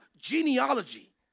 genealogy